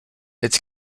its